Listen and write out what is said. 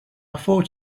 thought